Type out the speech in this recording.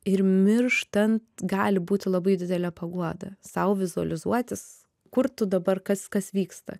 ir mirštant gali būti labai didelė paguoda sau vizualizuotis kur tu dabar kas kas vyksta